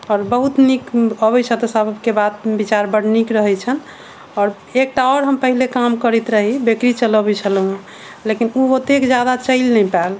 आओर बहुत नीक अबै छथि सब के बात विचार बड़ नीक रहै छनि आओर एकटा आओर हम पहिले काम करैत रही बेकरी चलबै छलहुॅं लेकिन ओ ओतेक जादा चलि नहि पायल